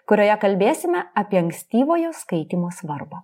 kurioje kalbėsime apie ankstyvojo skaitymo svarbą